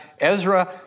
Ezra